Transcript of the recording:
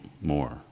more